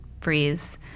freeze